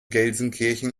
gelsenkirchen